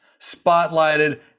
spotlighted